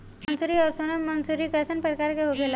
मंसूरी और सोनम मंसूरी कैसन प्रकार होखे ला?